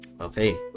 Okay